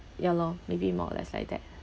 ya lor maybe more or less like that